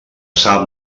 sap